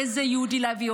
איזה יהודי להביא.